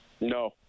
no